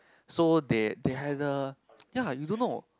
so they they had the ya you don't know